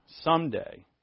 someday